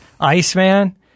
Iceman